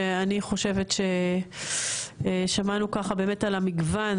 שאני חושבת ששמענו ככה באמת על המגוון